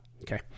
Okay